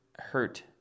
hurt